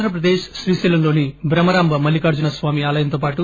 ఆంధ్రప్రదేశ్ శ్రీశైలంలోని భ్రమరాంబ మల్లికార్లున స్వామి ఆలయంతో పాటు